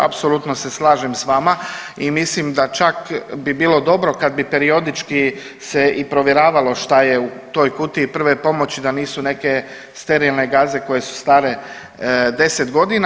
Apsolutno se slažem s vama i mislim da čak bi bilo dobro kad bi periodički se i provjeravalo šta je u toj kutiji prve pomoći, da nisu neke sterilne gaze koje su stare 10 godina.